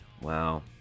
wow